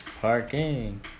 parking